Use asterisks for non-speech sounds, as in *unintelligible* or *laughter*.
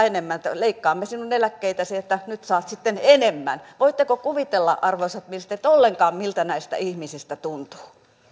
*unintelligible* enemmän että leikkaamme sinun eläkkeitäsi että nyt saat sitten enemmän voitteko kuvitella arvoisat ministerit ollenkaan miltä näistä ihmisistä tuntuu